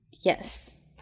yes